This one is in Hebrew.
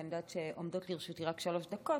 כי אני יודעת שעומדות לרשותי רק שלוש דקות.